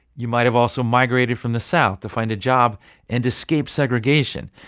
you might've also migrated from the south to find a job and escape segregation.